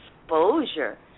exposure